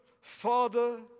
father